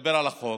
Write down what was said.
לדבר על החוק.